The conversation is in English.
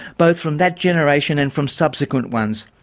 both from that generation and from subsequent ones.